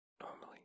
normally